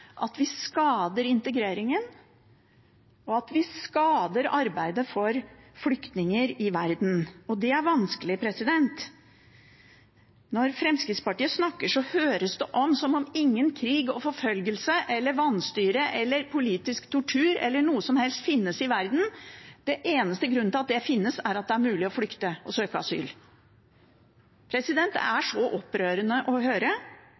at vi skader integreringen, og at vi skader arbeidet for flyktninger i verden, og det er vanskelig. Når Fremskrittspartiet snakker, høres det ut som om ingen krig og forfølgelse eller vanstyre eller politisk tortur eller noe som helst, finnes i verden. Den eneste grunnen til at det finnes, er at det er mulig å flykte og søke asyl. Det er så opprørende å høre.